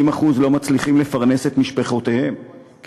50% לא מצליחים לפרנס את משפחותיהם כי